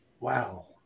Wow